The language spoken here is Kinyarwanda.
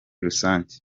rusange